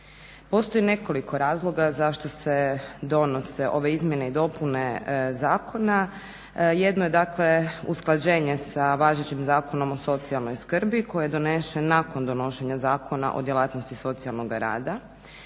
Postoji nekoliko razloga zašto se donose ove izmjene i dopune zakona. Jedno je dakle usklađenje sa važećim Zakonom o socijalnoj skrbi koji je donesen nakon donošenja Zakona o djelatnosti socijalnoga rada